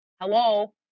Hello